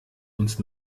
uns